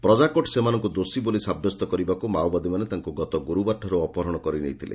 ପ୍ରଜାକୋର୍ଟ ସେମାନଙ୍କୁ ଦୋଷୀ ବୋଲି ସାବ୍ୟସ୍ତ କରିବାରୁ ମାଓବାଦୀମାନେ ତାଙ୍କୁ ଗତ ଗୁରୁବାରଠାରୁ ଅପହରଣ କରିନେଇଥିଲେ